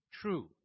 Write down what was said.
True